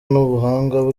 n’ubuhanga